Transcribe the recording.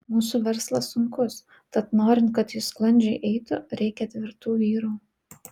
mūsų verslas sunkus tad norint kad jis sklandžiai eitų reikia tvirtų vyrų